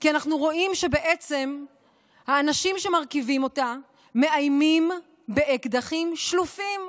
כי אנחנו רואים שהאנשים שמרכיבים אותה מאיימים באקדחים שלופים.